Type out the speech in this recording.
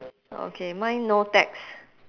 okay mine no text